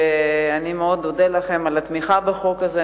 ואני מאוד אודה לכם על התמיכה בחוק הזה.